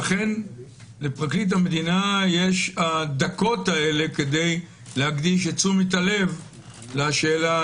שאכן לפרקליט המדינה יש הדקות האלה כדי להקדיש את תשומת הלב לבקשה